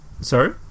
sorry